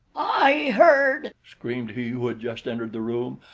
i heard, screamed he who had just entered the room.